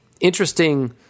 interesting